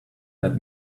that